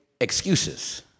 excuses